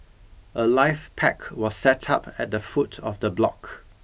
a life pack was set up at the foot of the block